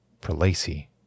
prelacy